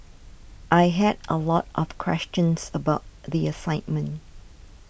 I had a lot of questions about the assignment